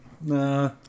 Nah